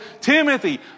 Timothy